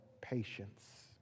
patience